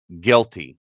guilty